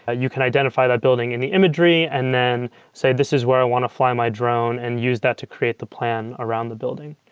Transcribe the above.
ah you can identify that building in the imagery and then say, this is what i want to fly my drone, and use that to create the plan around the building.